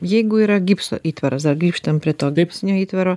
jeigu yra gipso įtvaras dar grįžtam prie to gipsinio įtvaro